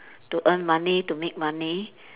to earn money to make money